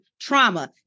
trauma